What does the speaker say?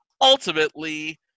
Ultimately